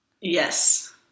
Yes